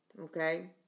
okay